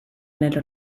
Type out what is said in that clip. nel